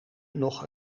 nog